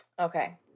okay